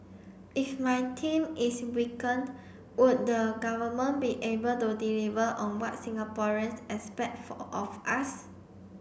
if my team is weakened would the government be able to deliver on what Singaporeans expect for of us